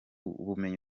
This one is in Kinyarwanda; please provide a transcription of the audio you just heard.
bumenyi